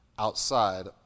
outside